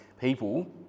people